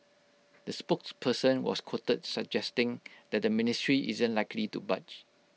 the spokesperson was quoted suggesting that the ministry isn't likely to budge